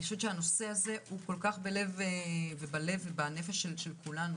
הנושא הזה הוא כל כך בלב, ובנפש של כולנו.